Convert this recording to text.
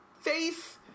face